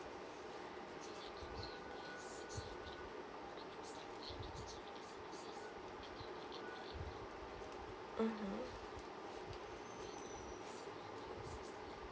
mmhmm